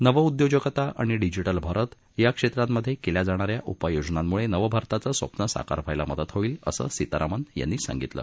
नवउद्योजकता आणि डिजिटल भारत या क्षेत्रांमधे केल्या जाणाऱ्या उपाययोजनांमुळे नवभारताचं स्वप्न साकार व्हायला मदत होईल असं सीतारामन यांनी सांगितलं